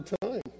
time